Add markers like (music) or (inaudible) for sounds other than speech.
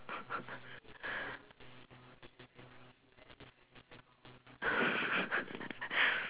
(laughs)